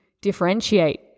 differentiate